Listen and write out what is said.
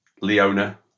Leona